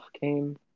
came